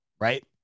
right